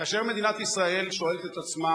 כאשר מדינת ישראל שואלת את עצמה: